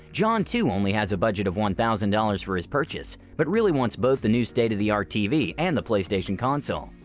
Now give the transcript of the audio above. john too only has a budget of one thousand dollars for his purchase but really wants both the new state of the art tv and playstation console.